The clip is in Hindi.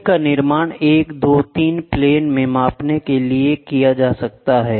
इनका निर्माण 1 2 3 प्लेन में मापने के लिए किया जा सकता है